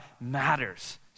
matters